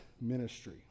ministry